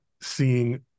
seeing